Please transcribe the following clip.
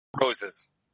Roses